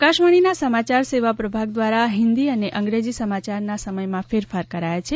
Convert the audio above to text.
આકાશવાણીના સમાચાર સેવા પ્રભાગ દ્વારા હિન્દી અને અંગ્રેજી સમાચારના સમયમાં ફેરફાર કરાયા છે